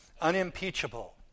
unimpeachable